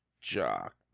Jock